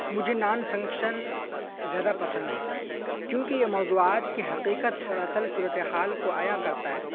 مجھے non fiction زیادہ پسند ہے کیوںکہ یہ موضوعات کی حقیقت اور اصل صورتِ حال کو عیاں کرتا ہے